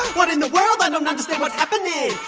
what in the world? i don't understand what's happening.